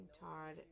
Todd